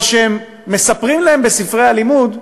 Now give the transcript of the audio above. או שמספרים להם בספרי הלימוד,